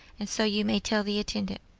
and so you may tell the intendant.